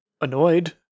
annoyed